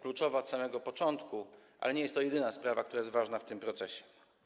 kluczowa od samego początku, ale nie jest to jedyna sprawa, która jest ważna w tym procesie.